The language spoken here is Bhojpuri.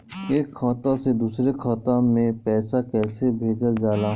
एक खाता से दुसरे खाता मे पैसा कैसे भेजल जाला?